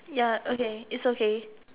ya okay it's okay